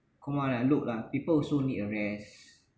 come on lah look lah people also need a rest